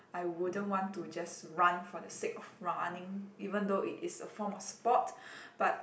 I wouldn't want to just run for the sake of running even though it is a form of sport but